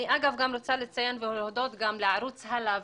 אני רוצה לציין ולהודות גם לערוץ הלאה